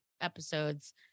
episode's